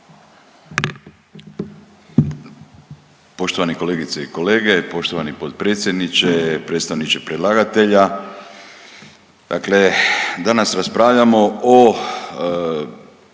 Poštovane kolegice i kolege, poštovani potpredsjedniče, predstavniče predlagatelja. Dakle, danas raspravljamo o